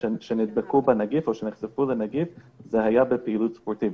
הם נדבקו או נחשפו לנגיף היה בפעילות ספורטיבית.